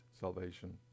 salvation